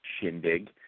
shindig